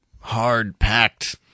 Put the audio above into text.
Hard-packed